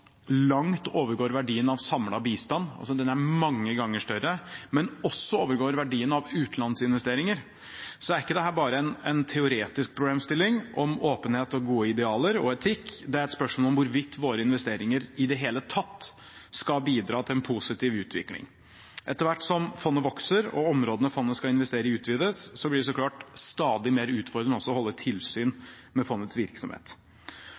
langt overgår verdien av samlet bistand – den er mange ganger større – og også overgår verdien av utenlandsinvesteringer, er ikke dette bare en teoretisk problemstilling om åpenhet og gode idealer og etikk, det er et spørsmål om hvorvidt våre investeringer i det hele tatt skal bidra til en positiv utvikling. Etter hvert som fondet vokser, og områdene fondet skal investere i, utvides, blir det så klart stadig mer utfordrende også å holde tilsyn med fondets virksomhet.